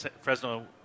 Fresno